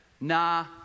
nah